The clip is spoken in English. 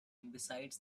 besides